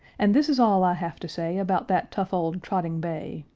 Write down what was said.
and this is all i have to say about that tough old trotting bay.